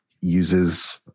uses